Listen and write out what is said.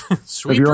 Sweet